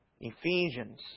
Ephesians